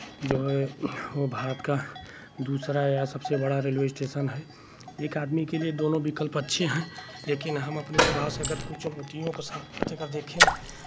जो है वो भारत का दूसरा या सबसे बड़ा रेलवे स्टेशन है एक आदमी के लिए दोनों विकल्प अच्छे हैं लेकिन हम अपने सुबह से अगर कुछ आपत्तियों का साफ करके अगर देखें